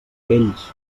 ells